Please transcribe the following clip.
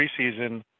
preseason –